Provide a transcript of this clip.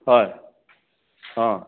হয় অঁ